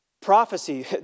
Prophecy